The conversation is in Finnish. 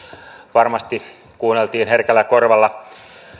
varmasti kuunneltiin herkällä korvalla